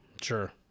Sure